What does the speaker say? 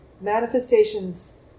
manifestations